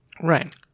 Right